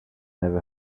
never